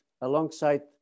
alongside